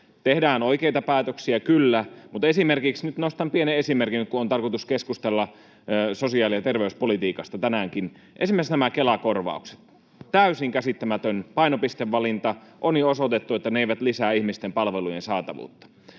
Tehdään oikeita päätöksiä kyllä, mutta nostan pienen esimerkin nyt, kun on tarkoitus keskustella sosiaali- ja terveyspolitiikasta tänäänkin: esimerkiksi nämä Kela-korvaukset — täysin käsittämätön painopistevalinta. On jo osoitettu, että ne eivät lisää ihmisten palvelujen saatavuutta.